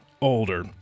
older